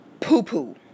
poo-poo